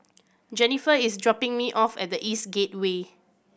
Jenniffer is dropping me off at The East Gateway